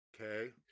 Okay